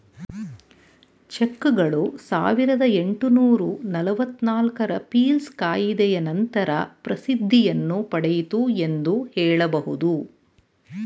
ಚೆಕ್ಗಳು ಸಾವಿರದ ಎಂಟುನೂರು ನಲವತ್ತು ನಾಲ್ಕು ರ ಪೀಲ್ಸ್ ಕಾಯಿದೆಯ ನಂತರ ಪ್ರಸಿದ್ಧಿಯನ್ನು ಪಡೆಯಿತು ಎಂದು ಹೇಳಬಹುದು